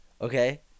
Okay